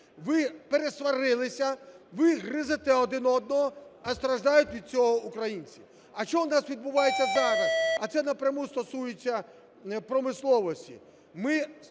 Ви пересварилися, ви гризете один одного, а страждають від цього українці. А що у нас відбувається зараз? А це напряму стосується промисловості. Ми спостерігаємо